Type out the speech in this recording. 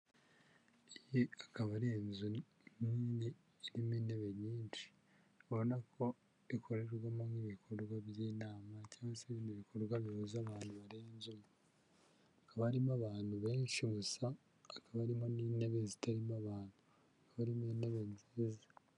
Iyi akaba ari inzu nini irimo intebe nyinshi, ubona ko ikorerwamo nk'ibikorwa by'inama cyangwa se ibindi bikorwa bihuza abantu barenze umwe, hakaba harimo abantu benshi gusa hakaba harimo n'intebe zitarimo abantu, hakaba harimo intebe nziza.